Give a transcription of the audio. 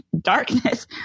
darkness